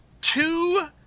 two